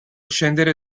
scendere